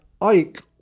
ike